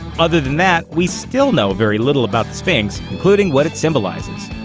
other than that, we still know very little about the sphinx, including what it symbolizes.